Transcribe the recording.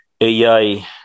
ai